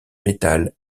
métal